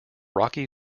rocky